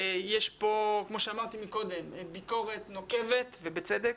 יש פה כמו שאמרתי מקודם, ביקורת נוקבת, ובצדק,